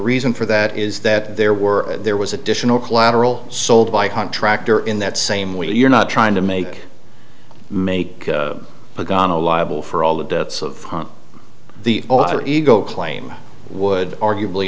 reason for that is that there were there was additional collateral sold by contractor in that same way you're not trying to make make the ghana liable for all the debts of the author ego claim would arguably